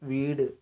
വീട്